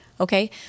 okay